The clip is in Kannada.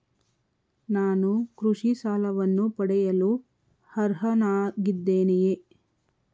ನಾನು ಕೃಷಿ ಸಾಲವನ್ನು ಪಡೆಯಲು ಅರ್ಹನಾಗಿದ್ದೇನೆಯೇ?